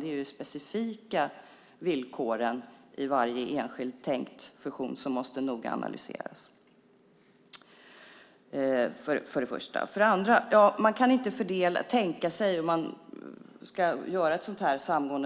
Det är de specifika villkoren i varje enskild tänkt fusion som måste analyseras noga. Om man ska göra en